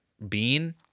Bean